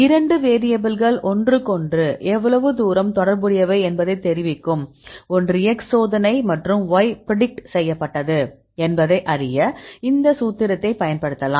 இரண்டு வேரியபில்கள் ஒன்றுக்கொன்று எவ்வளவு தூரம் தொடர்புடையவை என்பதை தெரிவிக்கும் ஒன்று x சோதனை மற்றும் y பிரிடிக் செய்யப்பட்டது என்பதை அறிய இந்த சூத்திரத்தைப் பயன்படுத்தலாம்